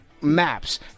Maps